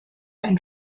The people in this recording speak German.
ein